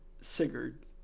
sigurd